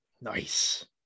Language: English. nice